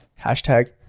hashtag